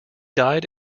died